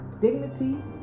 dignity